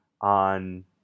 on